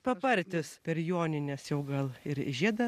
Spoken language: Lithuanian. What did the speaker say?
papartis per jonines jau gal ir žiedą